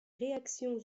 réactions